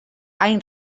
any